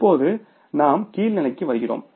இப்போது நாம் கீழ் நிலைக்கு வருகிறோம்